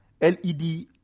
LED